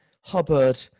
Hubbard